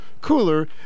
cooler